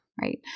right